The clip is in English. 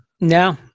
No